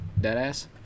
Deadass